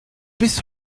bis